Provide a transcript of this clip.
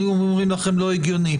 היינו אומרים לכם שזה לא הגיוני.